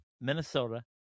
Minnesota